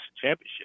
championship